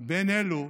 בין אלו